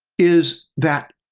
is that